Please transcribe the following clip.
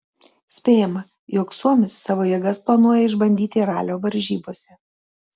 spėjama jog suomis savo jėgas planuoja išbandyti ralio varžybose